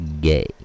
gay